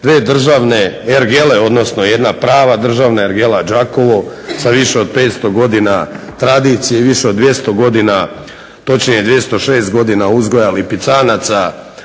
dvije državne ergele, odnosno jedna prava državna ergela Đakovo sa više od 500 godina tradicije i više od 200 godina točnije 206 godina uzgoja lipicanaca